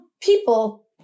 people